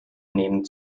nehmen